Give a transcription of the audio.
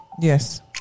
Yes